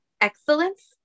excellence